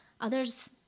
others